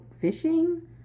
fishing